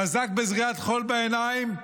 חזק בזריית חול בעיניים,